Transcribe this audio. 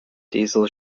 diesel